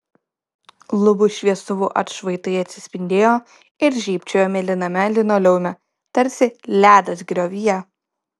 lubų šviestuvų atšvaitai atsispindėjo ir žybčiojo mėlyname linoleume tarsi ledas griovyje